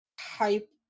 type